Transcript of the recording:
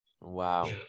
Wow